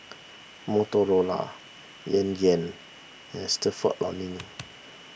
Motorola Yan Yan and Stalford Learning